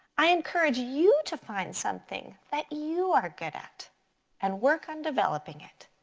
i encourage you to find something that you are good at and work on developing it.